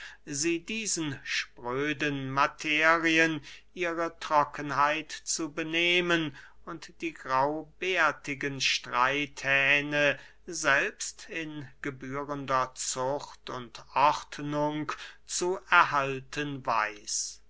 sie diesen spröden materien ihre trockenheit zu benehmen und die graubärtigen streithähne selbst in gebührender zucht und ordnung zu erhalten weiß